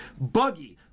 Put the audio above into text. Buggy